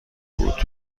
بود